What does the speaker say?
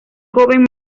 joven